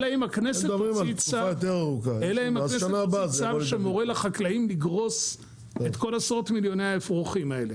הכנסת תוציא צו שמורה לחקלאים לגרוס את כל עשרות מיליוני האפרוחים האלה.